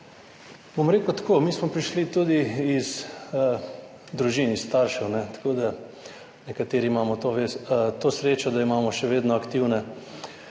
Bom rekel tako. Mi smo prišli tudi iz družin in staršev, ne, tako da nekateri imamo to to srečo, da imamo še vedno aktivne